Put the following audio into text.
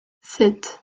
sept